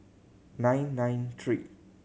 nine nine three